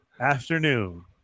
afternoon